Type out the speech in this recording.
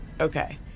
Okay